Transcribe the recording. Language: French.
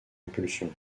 impulsion